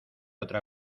otra